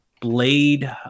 Blade